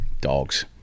dogs